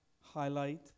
highlight